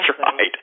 right